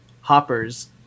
Hopper's